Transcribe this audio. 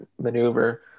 maneuver